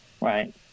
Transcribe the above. right